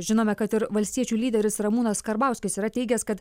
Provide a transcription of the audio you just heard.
žinome kad ir valstiečių lyderis ramūnas karbauskis yra teigęs kad